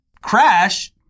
crash